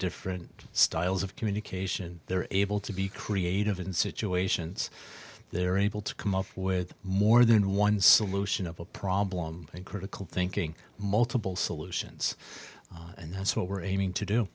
different styles of communication they're able to be creative in situations they're able to come up with more than one solution of a problem and critical thinking multiple solutions and that's what we're aiming to do